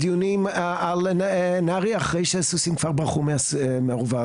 דיונים אחרי שהסוסים כבר ברחו מהאורווה.